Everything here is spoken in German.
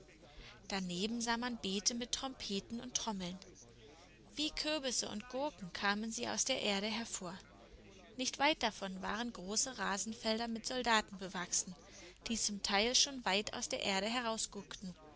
daneben sah man beete mit trompeten und trommeln wie kürbisse und gurken kamen sie aus der erde hervor nicht weit davon waren große rasenfelder mit soldaten bewachsen die zum teil schon weit aus der erde